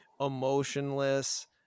emotionless